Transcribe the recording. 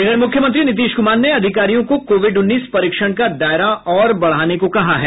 इधर मुख्यमंत्री नीतीश क्मार ने अधिकारियों को कोविड उन्नीस परीक्षण का दायरा और बढ़ाने को कहा है